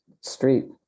street